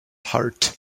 heart